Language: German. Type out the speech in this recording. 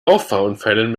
auffahrunfällen